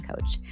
coach